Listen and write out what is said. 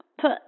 put